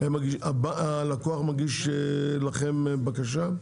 והלקוח מגיש לכם בקשה?